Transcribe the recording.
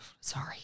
sorry